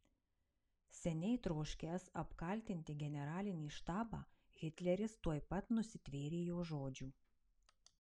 seniai troškęs apkaltinti generalinį štabą hitleris tuoj pat nusitvėrė jo žodžių